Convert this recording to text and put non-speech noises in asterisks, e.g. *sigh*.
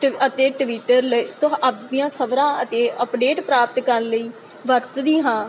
ਤੇ ਅਤੇ ਟਵਿਟਰ *unintelligible* ਦੀਆਂ ਖ਼ਬਰਾਂ ਅਤੇ ਅਪਡੇਟ ਪ੍ਰਾਪਤ ਕਰਨ ਲਈ ਵਰਤਦੀ ਹਾਂ